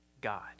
God